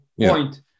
point